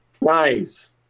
Nice